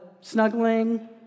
snuggling